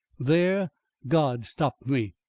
there god stopped me.